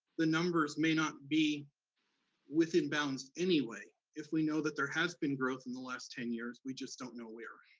the numbers may not be within bounds anyway, if we know that there has been growth in the last ten years, we just don't know where.